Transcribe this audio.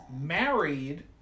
married